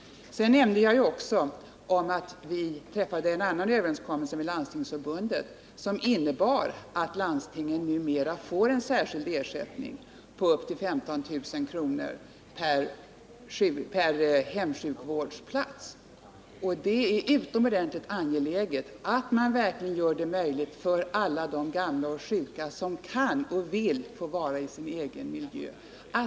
Jag nämnde också att vi träffade en annan överenskommelse med Landstingsförbundet som innebar att landstingen numera får en särskild ersättning på upp till 15 000 kr per hemsjukvårdsplats. Det är utomordentligt angeläget att man verkligen gör det möjligt för alla de gamla och sjuka som kan och vill det att få vara i sin egen miljö.